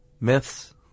myths